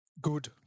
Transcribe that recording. Good